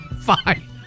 Fine